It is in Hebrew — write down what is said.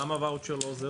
למה הוואוצ'ר לא עוזר?